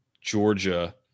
Georgia